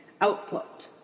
output